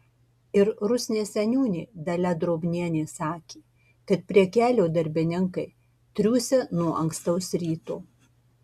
ir rusnės seniūnė dalia drobnienė sakė kad prie kelio darbininkai triūsia nuo ankstaus ryto